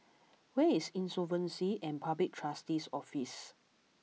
where is Insolvency and Public Trustee's Office